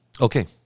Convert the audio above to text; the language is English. Okay